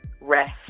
rest